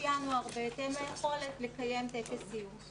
ינואר בהתאם ליכולת לקיים טקס סיום.